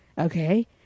Okay